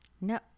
No